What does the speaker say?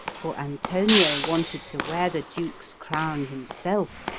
for antonio wanted to wear the duke's crown himself,